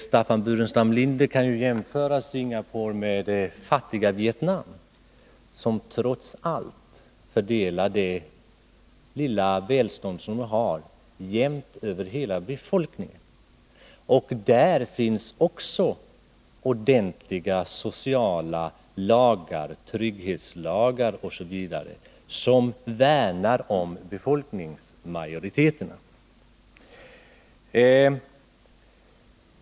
Staffan Burenstam Linder kan ju jämföra Singapore med det fattiga Vietnam, som trots allt fördelar det lilla välstånd man har jämnt över hela befolkningen. Där finns också ordentliga sociala lagar, trygghetslagar osv., som värnar om befolkningsmajoriteten.